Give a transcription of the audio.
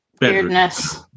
weirdness